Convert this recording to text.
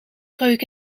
kreuk